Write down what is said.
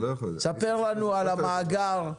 ספר לנו על המאגר.